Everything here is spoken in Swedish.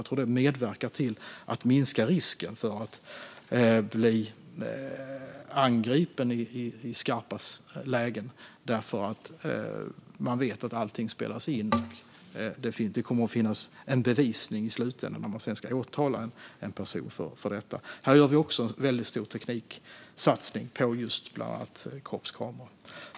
Jag tror att det medverkar till att minska risken för att bli angripen i skarpa lägen eftersom man vet att allting spelas in. Det kommer att finnas en bevisning i slutändan när man sedan ska åtala en person för detta. Vi gör också en väldigt stor tekniksatsning på bland annat kroppskameror.